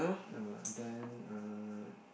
uh then uh